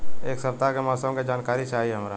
एक सपताह के मौसम के जनाकरी चाही हमरा